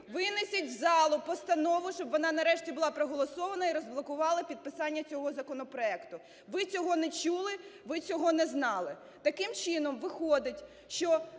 винесіть в залу постанову, щоб вона нарешті була проголосована і розблокувала підписання цього законопроекту. Ви цього не чули, ви цього не знали. Таким чином, виходить, що